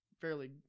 fairly